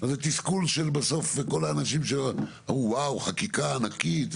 אז זה תסכול של כל האנשים שאמרו איזו חקיקה ענקית,